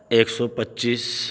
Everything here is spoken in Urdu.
ایک سو پچیس